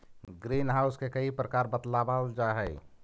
green house के कई प्रकार बतलावाल जा हई